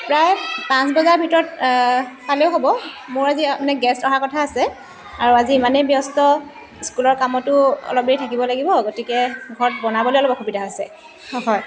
প্ৰায় পাঁচ বজাৰ ভিতৰত পালেও হ'ব মোৰ আজি মানে গেষ্ট অহাৰ কথা আছে আৰু আজি ইমানেই ব্যস্ত স্কুলৰ কামতো অলপ দেৰি থাকিব লাগিব গতিকে ঘৰত বনাবলৈ অলপ অসুবিধা হৈছে হয়